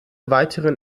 weiteren